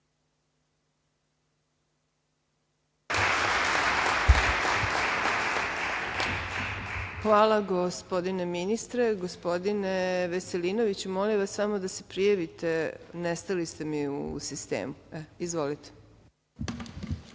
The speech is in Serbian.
Hvala gospodine ministre. Gospodine Veselinoviću, molim vas samo da se prijavite, nestali ste mi u sistemu. Izvolite.